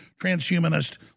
transhumanist